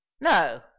no